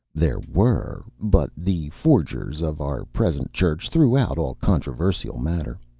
there were. but the forgers of our present church threw out all controversial matter.